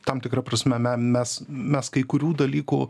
tam tikra prasme me mes mes kai kurių dalykų